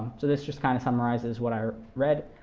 so this just kind of summarizes what i read.